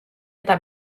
eta